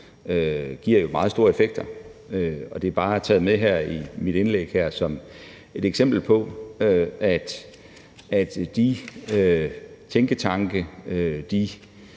giver jo meget store effekter. Det er bare taget med her i mit indlæg som et eksempel på, at de tænketanke,